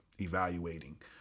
evaluating